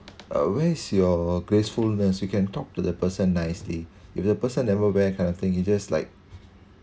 uh where is your gracefulness you can talk to the person nicely if the person never wear kind of thing you just like